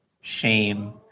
shame